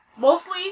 Mostly